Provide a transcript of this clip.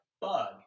bug